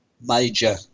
major